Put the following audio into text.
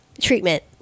treatment